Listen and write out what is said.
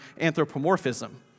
anthropomorphism